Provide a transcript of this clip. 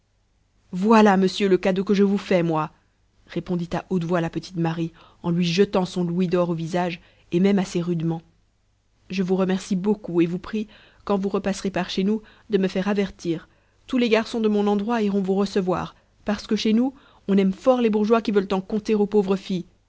voilà monsieur le cadeau que je vous fais moi répondit à haute voix la petite marie en lui jetant son louis d'or au visage et même assez rudement je vous remercie beaucoup et vous prie quand vous repasserez par chez nous de me faire avertir tous les garçons de mon endroit iront vous recevoir parce que chez nous on aime fort les bourgeois qui veulent en conter aux pauvres filles